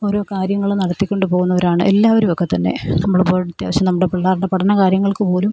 ഓരോ കാര്യങ്ങൾ നടത്തിക്കൊണ്ട് പോകുന്നവരാണ് എല്ലാവരുമൊക്കെത്തന്നെ നമ്മളിപ്പോൾ അത്യാവശ്യം നമ്മുടെ പിളളാരുടെ പഠന കാര്യങ്ങൾക്കുപോലും